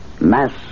mass